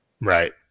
right